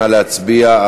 נא להצביע.